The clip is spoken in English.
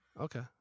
Okay